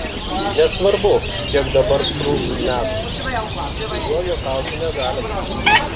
nesvarbu kiek dabar cruzui metų su juo juokauti negalima